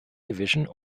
division